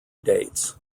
dates